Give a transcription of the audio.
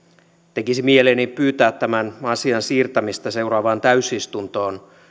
tekisi mieleni pyytää tämän asian siirtämistä seuraavaan täysistuntoon